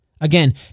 Again